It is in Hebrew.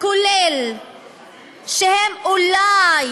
כולל שהם אולי,